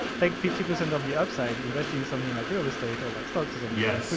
take fifty percent of the upside, investing something like real estate or like stocks ism, yes.